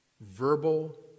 verbal